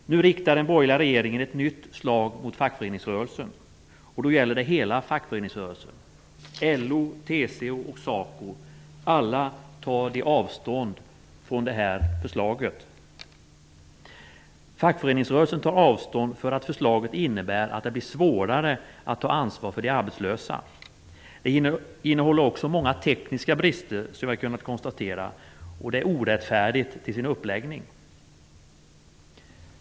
Nu riktar den borgerliga regeringen ett nytt slag mot fackföreningsrörelsen, och då gäller det hela fackföreningsrörelsen. Alla huvudorganisationerna, LO, TCO och SACO, tar avstånd från det förslag vi nu behandlar. Fackföreningsrörelsen tar avstånd från förslaget därför att det innebär att det blir svårare att ta ansvar för de arbetslösa, därför att det innehåller många tekniska brister och därför att det är orättfärdigt till sin uppläggning.